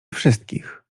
wszystkich